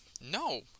No